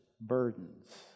burdens